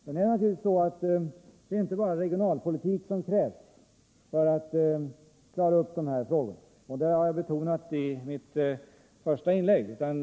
Men det krävs naturligtvis inte bara regionalpolitik för att klara upp dessa frågor. Det betonade jag i mitt första inlägg.